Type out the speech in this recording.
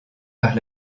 par